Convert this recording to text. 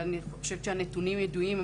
ואני חושבת שהנתונים ידועים.